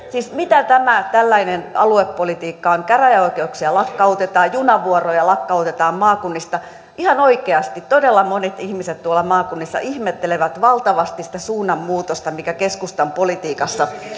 siis mitä tämä tällainen aluepolitiikka on käräjäoikeuksia lakkautetaan junavuoroja lakkautetaan maakunnista ihan oikeasti todella monet ihmiset tuolla maakunnissa ihmettelevät valtavasti sitä suunnanmuutosta mikä keskustan politiikassa